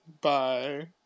Bye